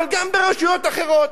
אבל גם ברשויות אחרות,